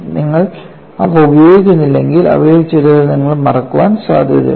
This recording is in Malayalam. നിങ്ങൾ അവ ഉപയോഗിക്കുന്നില്ലെങ്കിൽ അവയിൽ ചിലത് നിങ്ങൾ മറക്കാൻ സാധ്യതയുണ്ട്